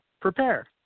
prepare